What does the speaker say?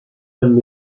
and